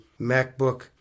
MacBook